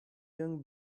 young